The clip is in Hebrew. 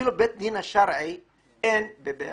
אפילו בית דין שרעי לא קיים ברהט